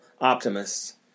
optimists